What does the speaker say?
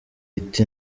iti